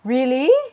really